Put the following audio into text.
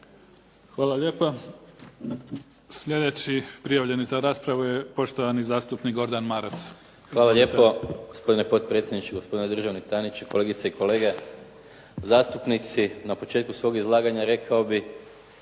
Hvala lijepa. Sljedeći prijavljeni za raspravu je poštovani zastupnik Gordan Maras. **Maras, Gordan (SDP)** Hvala lijepo gospodine potpredsjedniče, gospodine državni tajniče, kolegice i kolege zastupnici. Na početku svog izlaganja rekao bih,